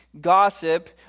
Gossip